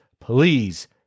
please